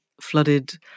flooded